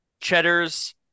Cheddar's